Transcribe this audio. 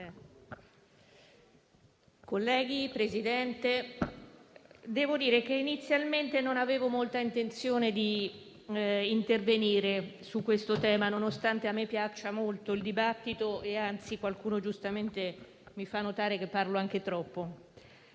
Signor Presidente, inizialmente non avevo molta intenzione di intervenire sul tema, nonostante a me piaccia molto il dibattito e, anzi, qualcuno giustamente mi faccia notare che parlo anche troppo.